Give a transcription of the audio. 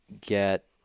get